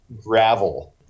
Gravel